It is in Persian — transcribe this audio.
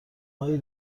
هایی